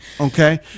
Okay